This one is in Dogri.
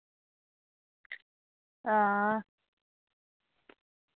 हां